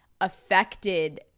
affected